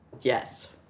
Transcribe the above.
Yes